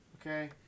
Okay